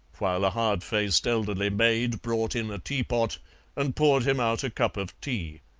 while a hard-faced elderly maid brought in a teapot and poured him out a cup of tea.